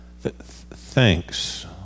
thanks